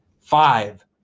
five